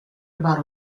about